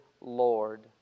Lord